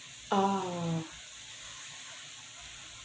uh